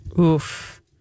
Oof